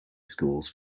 schools